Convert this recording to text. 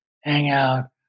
hangout